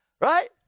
Right